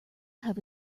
have